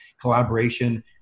collaboration